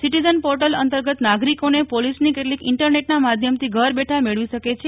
citizen portal અંતર્ગત નાગરિકોને પોલીસની કેટલીક ઈન્ટરનેટના માધ્યમથી ઘર બેઠા મેળવી શકે છે